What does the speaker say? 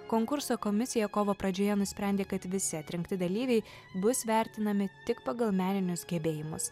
konkurso komisija kovo pradžioje nusprendė kad visi atrinkti dalyviai bus vertinami tik pagal meninius gebėjimus